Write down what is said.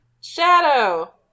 Shadow